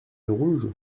lerouge